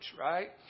right